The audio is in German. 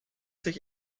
sich